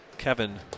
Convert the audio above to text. Kevin